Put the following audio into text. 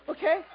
Okay